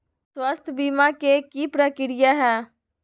स्वास्थ बीमा के की प्रक्रिया है?